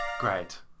Great